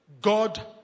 God